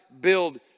build